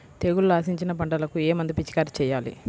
తెగుళ్లు ఆశించిన పంటలకు ఏ మందు పిచికారీ చేయాలి?